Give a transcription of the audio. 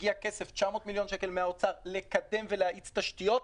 הגיע כסף 900 מיליון שקל מהאוצר לקדם ולהאיץ תשתיות.